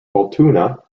altoona